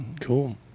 Cool